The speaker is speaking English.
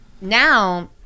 now